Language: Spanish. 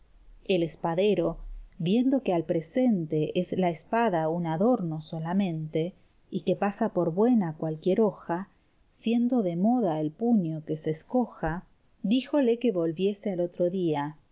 el espadero viendo que al presente es la espada un adorno solamente y que pasa por buena cualquier hoja siendo de moda el puño que se escoja díjole que volviese al otro día